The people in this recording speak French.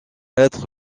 être